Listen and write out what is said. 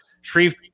Shreve